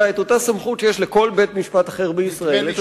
את אותה סמכות שיש לכל בית-משפט אחר בישראל.